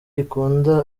ikunda